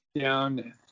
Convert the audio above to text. down